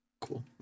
Cool